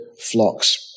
flocks